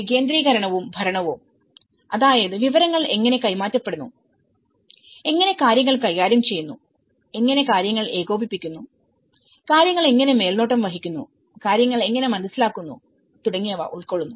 വികേന്ദ്രീകരണവും ഭരണവും അതായത് വിവരങ്ങൾ എങ്ങനെ കൈമാറപ്പെടുന്നു എങ്ങനെ കാര്യങ്ങൾ കൈകാര്യം ചെയ്യുന്നു എങ്ങനെ കാര്യങ്ങൾ ഏകോപിപ്പിക്കുന്നു കാര്യങ്ങൾ എങ്ങനെ മേൽനോട്ടം വഹിക്കുന്നു കാര്യങ്ങൾ എങ്ങനെ മനസ്സിലാക്കുന്നു തുടങ്ങിയവ ഉൾകൊള്ളുന്നു